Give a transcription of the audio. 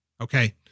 Okay